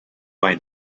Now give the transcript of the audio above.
why